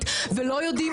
אני בת 45, ואני לא ילדה.